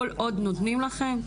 כל עוד נותנים לכם,